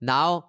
Now